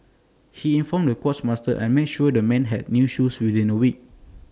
he informed the quartermaster and made sure the men had new shoes within A week